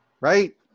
right